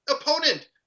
opponent